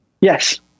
Yes